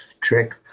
trick